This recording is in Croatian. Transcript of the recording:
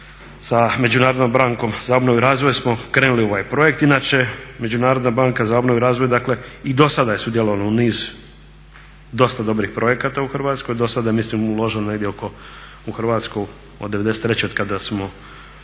sa Međunarodnom bankom za obnovu i razvoj smo krenuli u ovaj projekt, inače Međunarodna banka za obnovu i razvoj dakle i do sada je sudjelovala u niz dosta dobrih projekata u Hrvatskoj do sada je mislim uloženo negdje oko u Hrvatskoj od '93. otkada smo